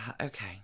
Okay